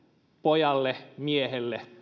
pojalle miehelle